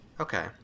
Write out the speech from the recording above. Okay